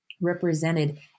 represented